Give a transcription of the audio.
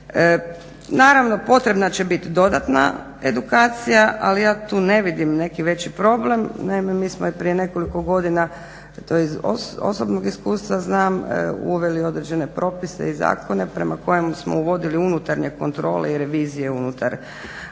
Naravno potrebna će bit dodatna edukacija ali ja tu ne vidim neki veći problem. Naime mi smo i prije nekoliko godina to iz osobnog iskustva znam uveli određene propise i zakone prema kojem smo uvodili unutarnje kontrole i revizije unutar tijela